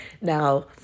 Now